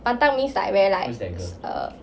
pantang means like where like err